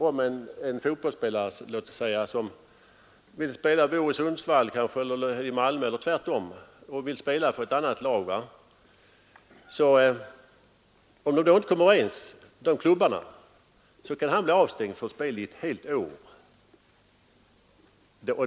Om en fotbollsspelare vill flytta, låt oss säga från Sundsvall till Malmö, men klubbarna inte kommer överens, så kan han bli avstängd från spel i ett helt år.